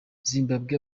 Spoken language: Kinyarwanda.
zimbabwe